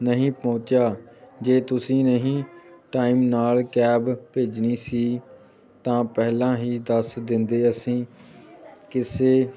ਨਹੀਂ ਪਹੁੰਚਿਆ ਜੇ ਤੁਸੀਂ ਨਹੀਂ ਟਾਈਮ ਨਾਲ ਕੈਬ ਭੇਜਣੀ ਸੀ ਤਾਂ ਪਹਿਲਾਂ ਹੀ ਦੱਸ ਦਿੰਦੇ ਅਸੀਂ ਕਿਸੇ